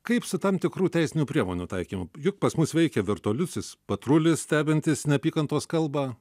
kaip su tam tikrų teisinių priemonių taikymu juk pas mus veikia virtualiusis patrulis stebintis neapykantos kalbą